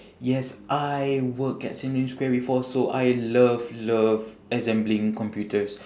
yes I work at sim lim square before so I love love assembling computers